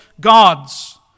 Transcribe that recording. gods